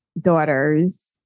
daughter's